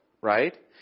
right